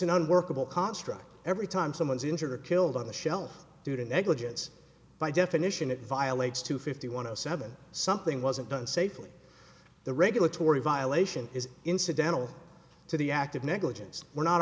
unworkable construct every time someone is injured or killed on the shelf due to negligence by definition it violates two fifty one of seven something wasn't done safely the regulatory violation is incidental to the act of negligence we're not